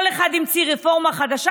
כל אחד המציא רפורמה חדשה,